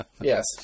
Yes